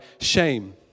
shame